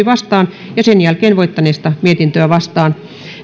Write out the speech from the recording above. vastaan ja sitten voittaneesta mietintöä vastaan